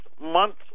months